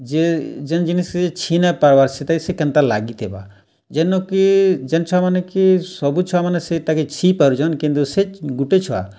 ଯିଏ ଯେନ୍ ଜିନିଷ୍କେ ସେ ଛିଁ ନାଇଁ ପାର୍ବାର୍ ସେତାକେ ସେ କେନ୍ତା ଲାଗିଥିବା ଯେନ କି ଯେନ୍ ଛୁଆମାନେ କି ସବୁ ଛୁଆମାନେ ସେ ତାକେ ଛିଁ ପାରୁଛନ୍ କିନ୍ତୁ ସେ ଗୁଟେ ଛୁଆ